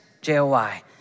J-O-Y